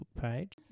page